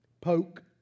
Poke